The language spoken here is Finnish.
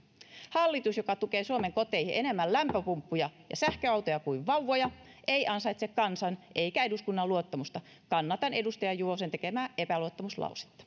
hallitus joka tukee suomen koteihin enemmän lämpöpumppuja ja sähköautoja kuin vauvoja ei ansaitse kansan eikä eduskunnan luottamusta kannatan edustaja juvosen tekemää epäluottamuslausetta